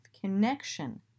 connection